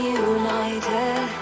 united